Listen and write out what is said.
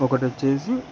ఒకటి వచ్చేసి